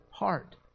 heart